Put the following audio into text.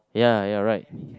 ya you're right